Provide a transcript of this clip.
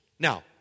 Now